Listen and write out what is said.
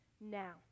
now